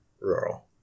Rural